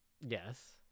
Yes